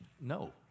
No